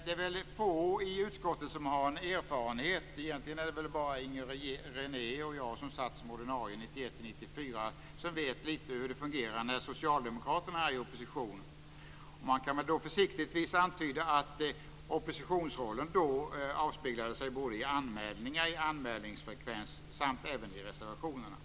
Det är få i utskottet som har erfarenhet - egentligen bara Inger René och jag som satt som ordinarie ledamöter 1991-1994 - av hur det fungerar när socialdemokraterna är i opposition. Man kan försiktigtvis antyda att oppositionsrollen avspeglade sig i anmälningarna, anmälningsfrekvensen samt även i reservationerna.